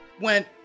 went